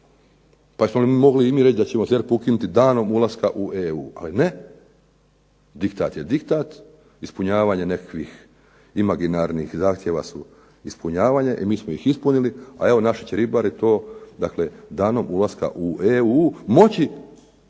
Pa jesmo mogli i mi reći da ćemo ZERP ukinuti danom ulaska u EU? Ali ne! Diktat je diktat, ispunjavanje nekakvih imaginarnih zahtjeva su ispunjavanje i mi smo ih ispunili, a evo naši će ribari to, dakle danom ulaska u EU moći